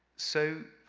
so,